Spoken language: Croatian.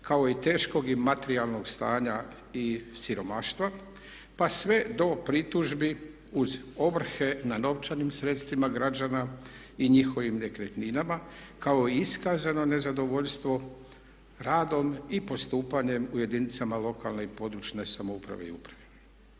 kao i teškog i materijalnog stanja i siromaštva pa sve do pritužbi uz ovrhe nad novčanim sredstvima građana i njihovim nekretninama kao i iskazano nezadovoljstvo radom i postupanjem u jedinicama lokalne i područne samouprave i uprave.